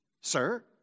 Sir